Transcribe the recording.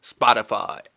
Spotify